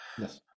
yes